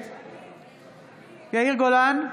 נגד יאיר גולן,